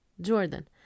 jordan